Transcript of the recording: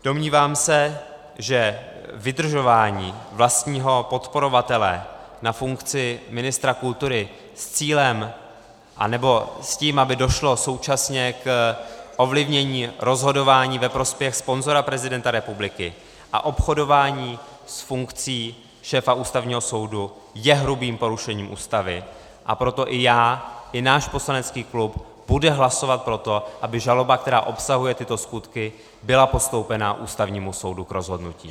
Domnívám se, že vydržování vlastního podporovatele na funkci ministra kultury s cílem, anebo s tím, aby došlo současně k ovlivnění rozhodování ve prospěch sponzora prezidenta republiky, a obchodování s funkcí šéfa Ústavního soudu je hrubým porušením Ústavy, a proto i já i náš poslanecký klub budeme hlasovat pro to, aby žaloba, která obsahuje tyto skutky, byla postoupena Ústavnímu soudu k rozhodnutí.